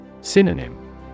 Synonym